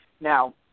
Now